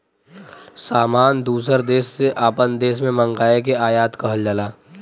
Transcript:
सामान दूसर देस से आपन देश मे मंगाए के आयात कहल जाला